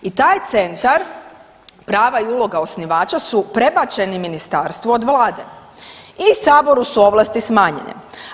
I taj centar, prava i uloga osnivača su prebačeni ministarstvu od vlade i saboru su ovlasti smanjene.